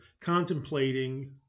contemplating